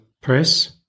Press